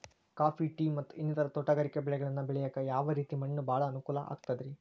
Coffee, tea, ಮತ್ತ ಇನ್ನಿತರ ತೋಟಗಾರಿಕಾ ಬೆಳೆಗಳನ್ನ ಬೆಳೆಯಾಕ ಯಾವ ರೇತಿ ಮಣ್ಣ ಭಾಳ ಅನುಕೂಲ ಆಕ್ತದ್ರಿ?